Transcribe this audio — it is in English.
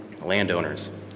landowners